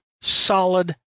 solid